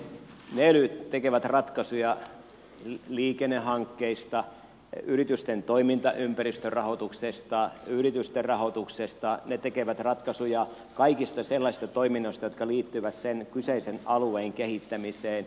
ne elyt tekevät ratkaisuja liikennehankkeista yritysten toimintaympäristön rahoituksesta yritysten rahoituksesta ne tekevät ratkaisuja kaikista sellaisista toiminnoista jotka liittyvät sen kyseisen alueen kehittämiseen